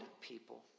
people